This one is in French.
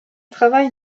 travaille